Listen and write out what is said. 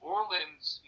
Orleans